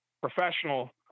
professional